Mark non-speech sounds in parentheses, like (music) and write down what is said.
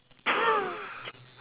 (laughs)